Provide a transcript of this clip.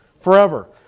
forever